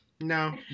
No